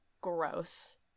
gross